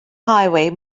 highway